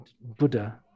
Buddha